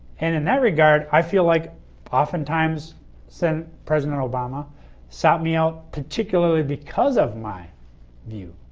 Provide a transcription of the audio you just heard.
and in that regard i feel like oftentimes so and president obama sought me out particularly because of my view.